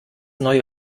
neue